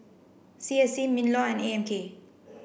C S C MINLAW and A M K